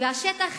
והשטח